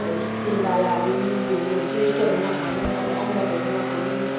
सुन्तलाहरू निम्बूहरू हुन्छ यस्तोहरू नखानु अन्त अम्बकहरू नखानु